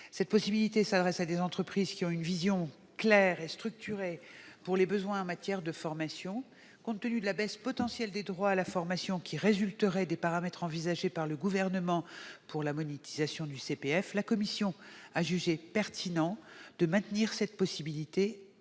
Cette possibilité s'adresse à des entreprises qui ont une vision claire et structurée des besoins en matière de formation. Compte tenu de la baisse potentielle des droits à la formation qui résulteraient des paramètres envisagés par le Gouvernement pour la monétisation du CPF, la commission a jugé pertinent de la maintenir, au moins à titre